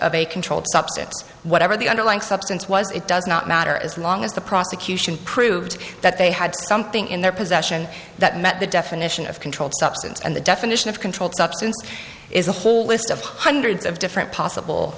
of a controlled substance whatever the underlying substance was it does not matter as long as the prosecution proved that they had something in their possession that met the definition of controlled substance and the definition of a controlled substance is a whole list of hundreds of different possible